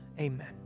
amen